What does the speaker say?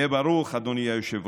היה ברוך, אדוני היושב-ראש,